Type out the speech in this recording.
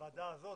הוועדה הזאת.